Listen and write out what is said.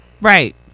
right